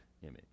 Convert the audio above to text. image